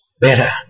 better